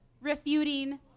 refuting